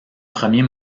premiers